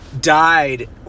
died